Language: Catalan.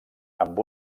amb